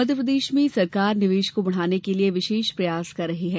मध्यप्रदेश में सरकार निवेश को बढ़ाने के लिये विशेष प्रयास कर रही है